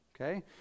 Okay